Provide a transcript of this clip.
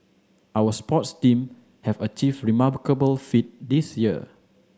our sports team have achieved remarkable feat this year